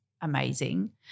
amazing